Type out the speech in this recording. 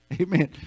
Amen